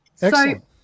excellent